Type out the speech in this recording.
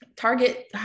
Target